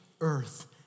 earth